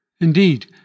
Indeed